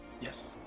Yes